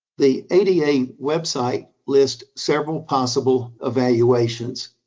the ada ada website lists several possible evaluations.